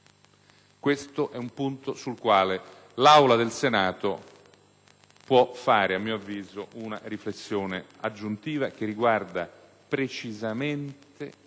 Questo è un punto sul quale l'Aula del Senato può svolgere, a mio avviso, una riflessione aggiuntiva riguardante, precisamente,